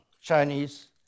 Chinese